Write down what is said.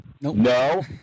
No